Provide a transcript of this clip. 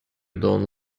don’t